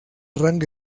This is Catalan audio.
rang